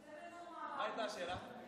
מה הייתה השאלה?